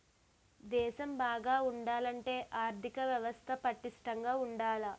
దేశం బాగా ఉండాలంటే ఆర్దిక వ్యవస్థ పటిష్టంగా ఉండాల